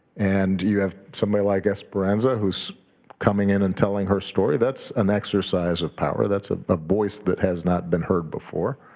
and you have somebody like esperanza who's coming in and telling her story, that's an exercise of power. that's a ah voice that has not been heard before.